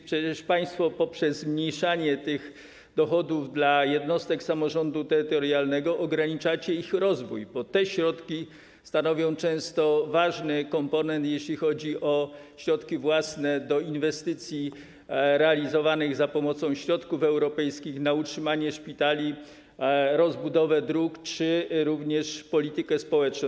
Przecież państwo poprzez zmniejszanie tych dochodów dla jednostek samorządu terytorialnego ograniczacie ich rozwój, bo te środki stanowią często ważny komponent, jeśli chodzi o środki własne do inwestycji realizowanych za pomocą środków europejskich, o utrzymanie szpitali, rozbudowę dróg czy również politykę społeczną.